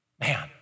Man